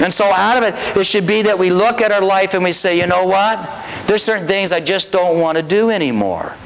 and so out of it there should be that we look at our life and we say you know rod there's certain things i just don't want to do anymore